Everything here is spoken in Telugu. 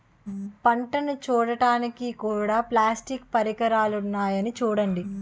పంటను చుట్టడానికి కూడా ప్లాస్టిక్ పరికరాలున్నాయి చూడండి